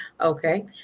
Okay